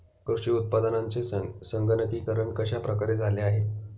कृषी उत्पादनांचे संगणकीकरण कश्या प्रकारे झाले आहे?